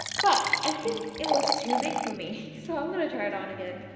but i think it was too big for me so i'm gonna try it on again.